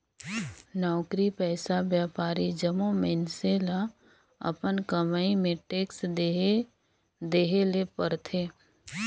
नउकरी पइसा, बयपारी जम्मो मइनसे ल अपन कमई में टेक्स देहे ले परथे